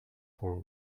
for